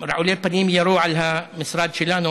רעולי פנים ירו על המשרד שלנו,